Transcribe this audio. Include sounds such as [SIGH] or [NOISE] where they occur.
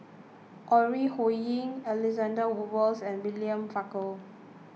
Ore Huiying Alexander [UNINTELLIGIBLE] Wolters and William Farquhar